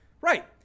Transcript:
right